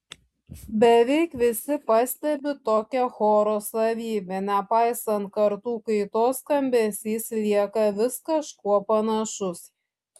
beveik visi pastebi tokią choro savybę nepaisant kartų kaitos skambesys lieka vis kažkuo panašus